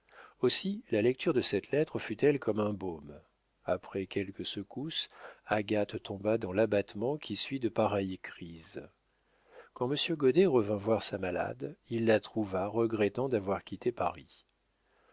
aussi la lecture de cette lettre fut-elle comme un baume après quelques secousses agathe tomba dans rabattement qui suit de pareilles crises quand monsieur goddet revint voir sa malade il la trouva regrettant d'avoir quitté paris